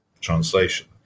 translation